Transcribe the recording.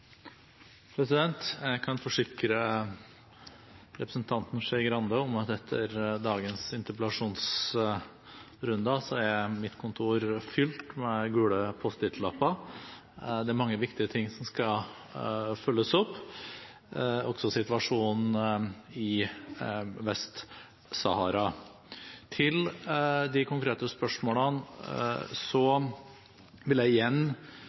Jeg kan forsikre representanten Skei Grande om at etter dagens interpellasjonsrunder er mitt kontor fylt med gule post it-lapper! Det er mange viktige ting som skal følges opp – også situasjonen i Vest-Sahara. Til de konkrete spørsmålene vil jeg igjen